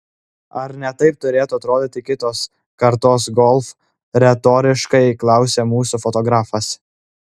ar ne taip turėtų atrodyti kitos kartos golf retoriškai klausė mūsų fotografas